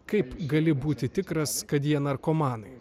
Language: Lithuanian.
kaip gali būti tikras kad jie narkomanai